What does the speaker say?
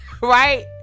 Right